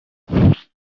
اوج